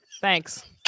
Thanks